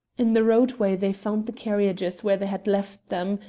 in the roadway they found the carriages where they had left them,